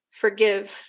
forgive